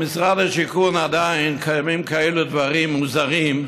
במשרד השיכון עדיין קיימים כאלה דברים מוזרים,